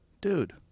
Dude